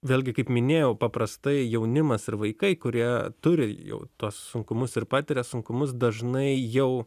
vėlgi kaip minėjau paprastai jaunimas ir vaikai kurie turi jau tuos sunkumus ir patiria sunkumus dažnai jau